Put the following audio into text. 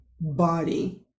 body